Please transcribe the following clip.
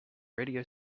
radio